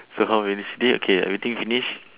so how many sh~ day okay everything finish